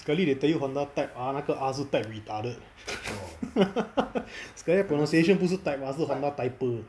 sekali they tell you honda type R 那个 R 是 type retarded sekali 那个 pronunciation 是 honda typer